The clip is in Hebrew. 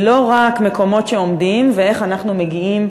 היא לא רק מקומות שעומדים ואיך אנחנו מגיעים